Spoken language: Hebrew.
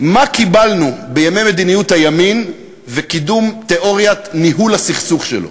מה קיבלנו בימי מדיניות הימין וקידום תיאוריית ניהול הסכסוך שלו?